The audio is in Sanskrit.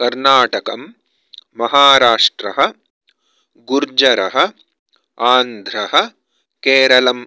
कर्णाटकम् महाराष्ट्रः गुर्जरः आन्ध्रः केरलम्